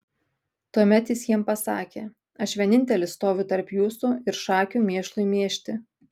tuomet jis jiems pasakė aš vienintelis stoviu tarp jūsų ir šakių mėšlui mėžti